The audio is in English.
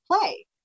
play